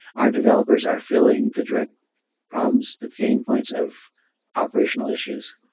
our developers are filling the direct problems, the pain points of operational issues.